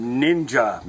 ninja